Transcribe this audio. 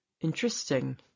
Interesting